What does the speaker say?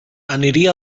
aniria